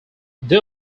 they